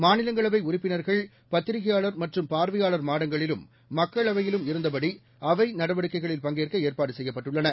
மாநிலங்களவை உறுப்பினர்கள் பத்திரிகையாளர் மற்றும் பார்வையாளர் மாடங்களிலும் மக்களவையிலும் இருந்தபடி அவை நடவடிக்கைகளில் பங்கேற்க ஏற்பாடு செய்யப்பட்டுள்ளன